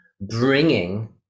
bringing